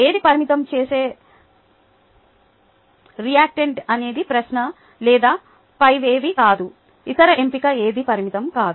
ఏది పరిమితం చేసే రియాక్టెంట్ అనేది ప్రశ్న లేదా పైవేవీ కాదు ఇతర ఎంపిక ఏది పరిమితం కాదు